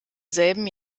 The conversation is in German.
selben